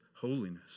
holiness